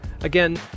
Again